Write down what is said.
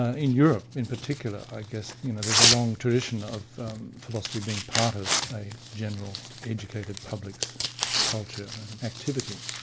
ah in europe in particular, i guess you know there's a long tradition of philosophy being part of a general educated public's culture and activity.